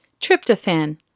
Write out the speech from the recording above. Tryptophan